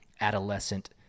adolescent